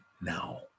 now